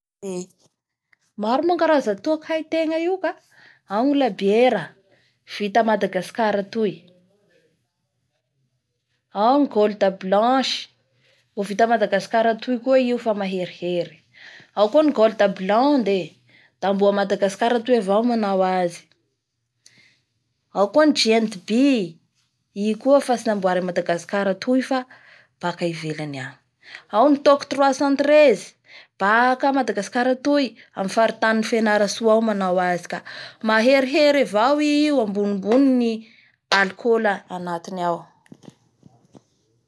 Maro moa ny karaza toaky haitegna io ka, ao gny labiera vita a Madagascar atoy. Ao ny gold blanche, vo vita a Madagascar atoy koa io fe maherihery ao koa gold banche da mbo Madagascar atoy avao manao azy. Ao koa ny J&B io koa fa tsy anamboaray a Madagascar atoy fa baka ivelany agny. Ao ny toaky trois cent treize baka Madagascar atoy amin'ny faritanin'ny Fianarantsoa ao ny manao azy ka maherihery avao i io, ambonimbony ny alikôla agnatiny ao.